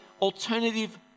alternative